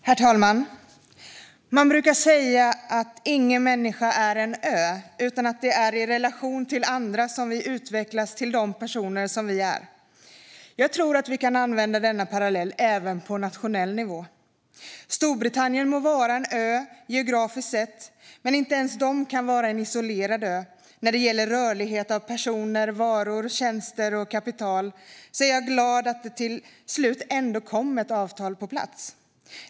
Herr talman! Man brukar säga: Ingen människa är en ö. Det är i relation till andra som vi utvecklas till de personer som vi är. Jag tror att vi kan använda denna parallell även på nationell nivå. Storbritannien må geografiskt vara en ö, men inte ens Storbritannien kan vara en isolerad ö när det gäller rörlighet av personer, varor, tjänster och kapital. Jag är glad att det till slut ändå kom ett avtal på plats.